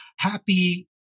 happy